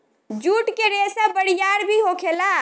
जुट के रेसा बरियार भी होखेला